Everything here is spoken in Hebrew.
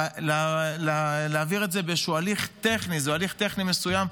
להעביר את זה בהליך טכני מסוים,